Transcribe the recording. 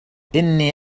إني